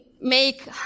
make